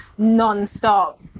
nonstop